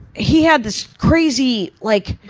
he had this crazy, like,